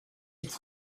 its